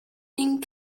ding